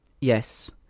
Yes